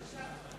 בבקשה.